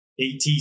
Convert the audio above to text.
atc